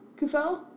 Kufel